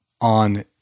on